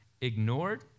ignored